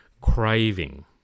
craving